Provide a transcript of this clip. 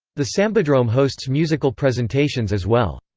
the sambadrome hosts musical presentations as well.